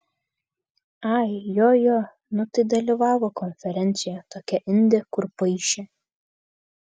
ai jo jo nu tai dalyvavo konferencijoje tokia indė kur paišė